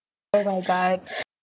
oh my god